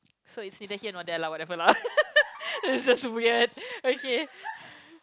so is in the hell or that whatever lah it's just weird